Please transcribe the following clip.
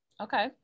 Okay